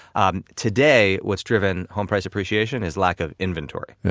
and today what's driven home price appreciation is lack of inventory.